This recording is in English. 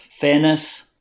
fairness